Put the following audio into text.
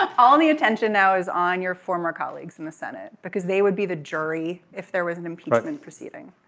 all the attention now is on your former colleagues in the senate because they would be the jury if there was an impeachment proceeding.